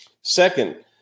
second